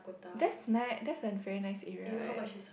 that's ni~ that's a very nice area right